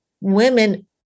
women